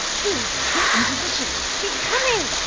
dude, get in position. she's coming.